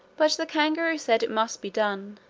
but the kangaroo said it must be done,